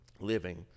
living